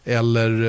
eller